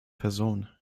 personen